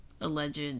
alleged